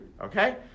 Okay